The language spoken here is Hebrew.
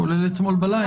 כולל אתמול בלילה.